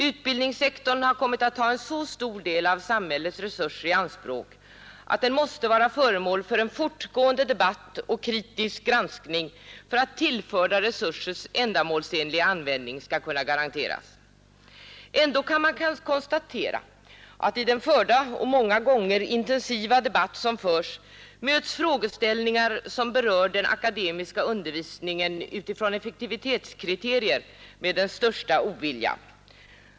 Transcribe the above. Utbildningssektorn har kommit att ta en så stor del av samhällets resurser i anspråk att den delen måste vara föremål för fortgående debatt och kritisk granskning för att tillförda resursers ändamålsenliga användning skall kunna garanteras. Ändå kan man konstatera att i den många gånger intensiva debatt som förs möts frågeställningar som berör den akademiska undervisningen utifrån effektivitetskriteriet med den största ovilja.